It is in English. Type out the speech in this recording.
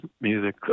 music